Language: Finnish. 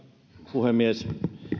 puhemies